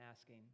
asking